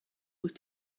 wyt